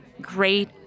great